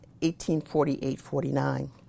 1848-49